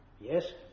Yes